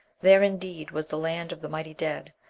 there, indeed, was the land of the mighty dead,